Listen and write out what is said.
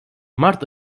mart